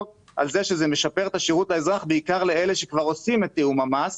על כך שזה משפר את השירות לאזרח בעיקר לאלה שכבר עושים את תיאום המס.